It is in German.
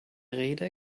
rede